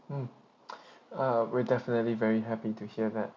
mm err we definitely very happy to hear that